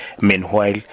Meanwhile